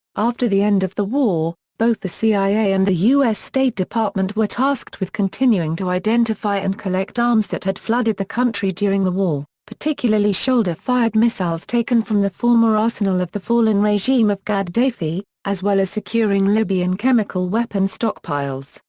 after the end of the war, both the cia and the us state department were tasked with continuing to identify and collect arms that had flooded the country during the war, particularly shoulder-fired missiles taken from the former arsenal of the fallen regime of gaddafi, as well as securing libyan chemical weapon stockpiles,